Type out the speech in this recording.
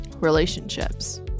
relationships